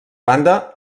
banda